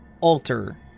alter